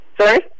Sorry